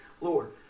Lord